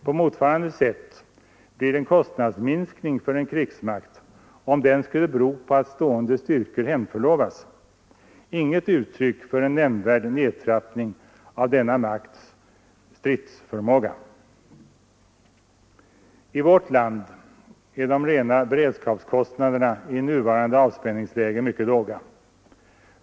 På motsvarande sätt blir en kostnadsminskning för en krigsmakt, om den skulle bero på att stående styrkor hemförlovas, inget uttryck för en nämnvärd nedtrappning av denna makts stridsförmåga. I vårt land är de rena beredskapskostnaderna i nuvarande avspänningsläge mycket låga.